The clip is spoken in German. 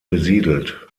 besiedelt